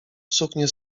suknię